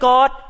God